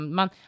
man